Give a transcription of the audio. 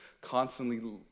constantly